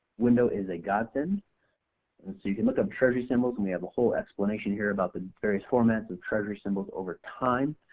window is a godsend. and so you can look up treasury symbols and we have a whole explanation here about the various formats of treasury symbols over time.